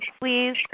please